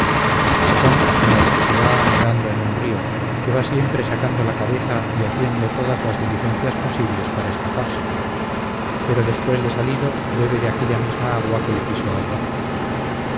son como el que se va anegando en un río que va siempre sacando la cabeza y haciendo todas las diligencias posibles para escaparse pero después de salido bebe de aquella misma agua que le quiso ahogar